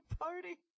party